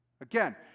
again